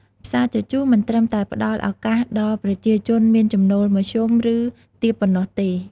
ផ្សារជជុះមិនត្រឹមតែផ្ដល់ឱកាសដល់ប្រជាជនមានចំណូលមធ្យម ឬទាបប៉ុណ្ណោះទេ។